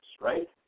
right